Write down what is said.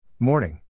Morning